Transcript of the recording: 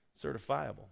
Certifiable